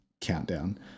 countdown